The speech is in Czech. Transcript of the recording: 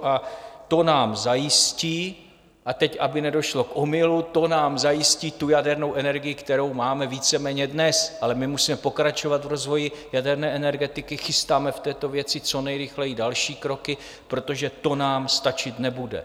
A to nám zajistí a teď, aby nedošlo k omylu to nám zajistí tu jadernou energii, kterou máme víceméně dnes, ale my musíme pokračovat v rozvoji jaderné energetiky, chystáme v této věci co nejrychleji další kroky, protože to nám stačit nebude.